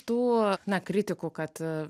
tų na kritikų kad